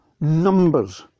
numbers